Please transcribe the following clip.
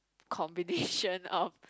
combination of